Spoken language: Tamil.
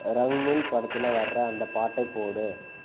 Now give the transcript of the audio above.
ரங்னுல் படத்தில் வர்ற அந்த பாட்டை போடு